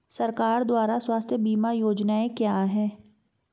सरकार द्वारा स्वास्थ्य बीमा योजनाएं क्या हैं?